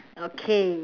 okay